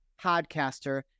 podcaster